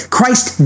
Christ